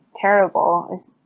terrible